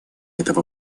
этого